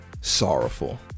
sorrowful